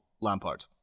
lampard